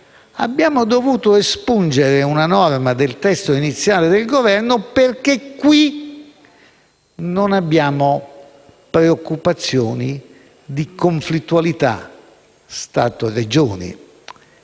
si è dovuto espungere una norma del testo iniziale del Governo perché qui non abbiamo preoccupazioni di conflittualità tra Stato e Regioni.